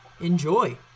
enjoy